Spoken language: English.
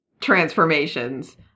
transformations